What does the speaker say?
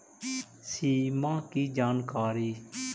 सिमा कि जानकारी?